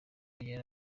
yari